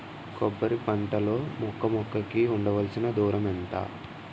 కొబ్బరి పంట లో మొక్క మొక్క కి ఉండవలసిన దూరం ఎంత